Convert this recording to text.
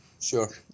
Sure